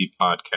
podcast